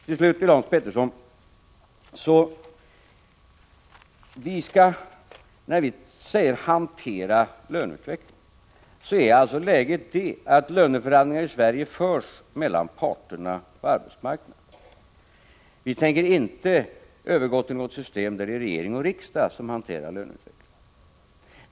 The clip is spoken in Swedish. Till slut några ord till Hans Petersson i Hallstahammar. Läget är det att löneförhandlingar i Sverige förs mellan parterna på arbetsmarknaden. Vi tänker inte övergå till ett system där regering och riksdag hanterar löneutvecklingen.